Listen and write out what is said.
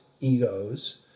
egos